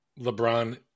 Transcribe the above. LeBron